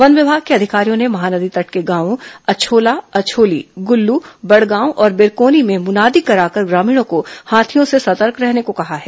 one विभाग के अधिकारियों ने महानंदी तट के गांवों अछोला अछोली गुल्लू बड़गांव और बिरकोनी में म्रनादी कराकर ग्रामीणों को हाथियों से सतर्क रहने को कहा है